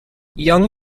young